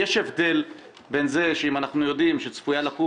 -- כי יש הבדל אם אנחנו יודעים שצפויה לקום